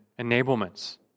enablements